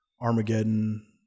Armageddon